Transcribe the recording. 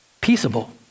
Peaceable